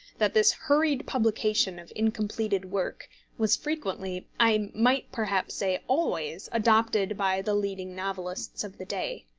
that this hurried publication of incompleted work was frequently, i might perhaps say always, adopted by the leading novelists of the day.